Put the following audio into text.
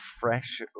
fresh